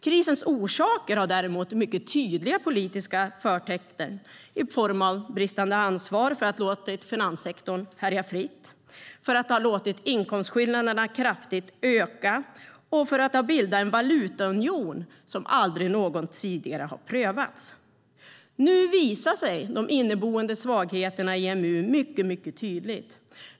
Krisens orsaker har däremot mycket tydliga politiska förtecken, i form av bristande ansvar för att ha låtit finanssektorn härja fritt, för att ha låtit inkomstskillnaderna kraftigt öka och för att ha bildat en valutaunion som aldrig någonsin tidigare har prövats. Nu visar sig de inneboende svagheterna i EMU mycket tydligt.